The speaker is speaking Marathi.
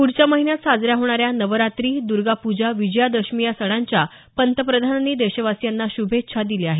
पुढच्या महिन्यात साजऱ्या होणाऱ्या नवरात्री द्र्गा पूजा विजयादशमी या सणांच्या पंतप्रधानांनी देशवासियांना श्रभेच्छा दिल्या आहेत